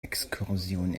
exkursion